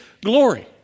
glory